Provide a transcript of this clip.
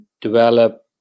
develop